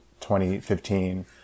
2015